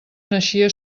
naixia